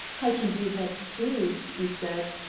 i can do that, too, he said,